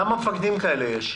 כמה מפקדים כאלה יש?